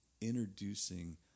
introducing